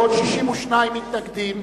62 מתנגדים,